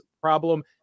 problem